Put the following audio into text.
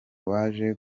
waje